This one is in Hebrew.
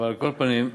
על כל פנים,